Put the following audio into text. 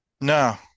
no